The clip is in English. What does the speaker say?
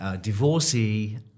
divorcee